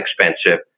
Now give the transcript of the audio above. expensive